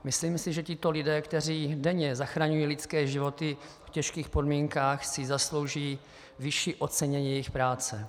Myslím si, že tito lidé, kteří denně zachraňují lidské životy v těžkých podmínkách, si zaslouží vyšší ocenění své práce.